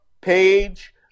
Page